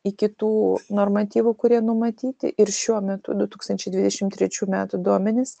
iki tų normatyvų kurie numatyti ir šiuo metu du tūkstančiai dvidešim trečių metų duomenys